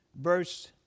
verse